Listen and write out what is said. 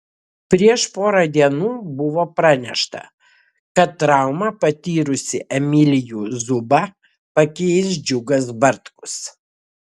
prieš porą dienų buvo pranešta kad traumą patyrusį emilijų zubą pakeis džiugas bartkus